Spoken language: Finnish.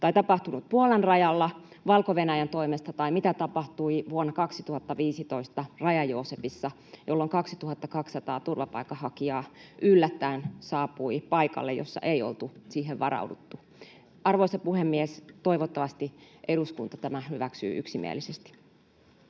on tapahtunut Puolan rajalla Valko-Venäjän toimesta tai mitä tapahtui vuonna 2015 Raja-Joosepissa, jolloin 2 200 turvapaikanhakijaa yllättäen saapui paikalle, jossa ei oltu siihen varauduttu. Arvoisa puhemies! Toivottavasti eduskunta tämän hyväksyy yksimielisesti.